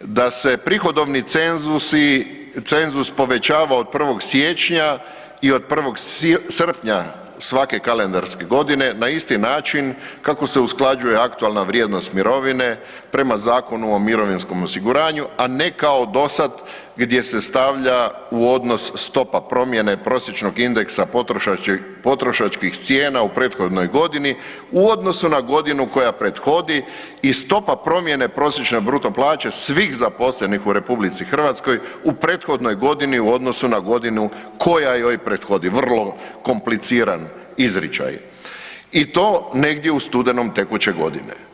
da se prihodovni cenzus povećava od 1. siječnja i od 1. srpnja svake kalendarske godine na isti način kako se usklađuje aktualna vrijednost mirovine prema Zakonu o mirovinskom osiguranju, a ne kao do sada gdje se stavlja u odnos stopa promjene prosječnog indeksa potrošačkih cijena u prethodnoj godini u odnosu na godinu koja prethodi i stopa promjene prosječne bruto plaće svih zaposlenih u Republici Hrvatskoj u prethodnoj godini u odnosu na godinu koja joj prethodi, vrlo kompliciran izričaj i to negdje u studenom tekuće godine.